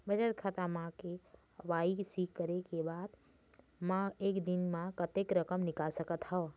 बचत खाता म के.वाई.सी करे के बाद म एक दिन म कतेक रकम निकाल सकत हव?